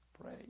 Pray